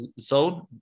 zone